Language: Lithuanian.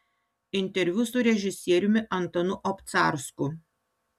interviu su režisieriumi antanu obcarsku